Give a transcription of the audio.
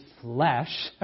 flesh